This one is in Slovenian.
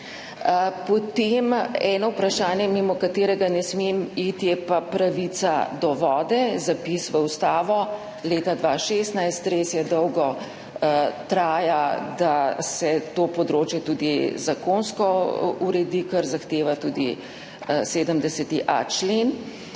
Eno vprašanje, mimo katerega ne smem iti, je pravica do vode, zapis v ustavo leta 2016. Res je, dolgo traja, da se to področje tudi zakonsko uredi, kar zahteva tudi 70.a člen.